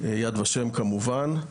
יד ושם כמובן,